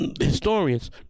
Historians